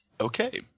Okay